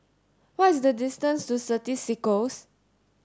what is the distance to Certis Cisco